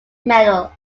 medal